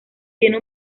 tiene